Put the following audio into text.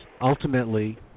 ultimately